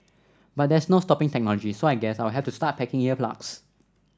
but there's no stopping technology so I guess I'll have to start packing ear plugs